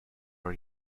per